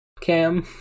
cam